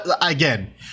again